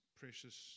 precious